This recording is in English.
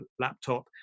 laptop